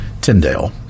Tyndale